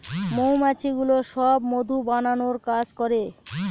মৌমাছিগুলো সব মধু বানানোর কাজ করে